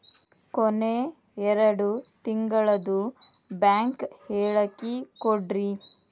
ಕೊನೆ ಎರಡು ತಿಂಗಳದು ಬ್ಯಾಂಕ್ ಹೇಳಕಿ ಕೊಡ್ರಿ